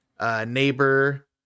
Neighbor